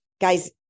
guys